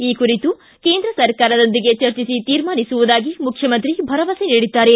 ಈ ಕುರಿತು ಕೇಂದ್ರ ಸರ್ಕಾರದೊಂದಿಗೆ ಚರ್ಚಿಸಿ ತೀರ್ಮಾನಿಸುವುದಾಗಿ ಮುಖ್ಯಮಂತ್ರಿ ಭರವಸೆ ನೀಡಿದರು